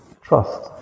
Trust